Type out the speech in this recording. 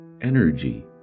energy